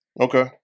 Okay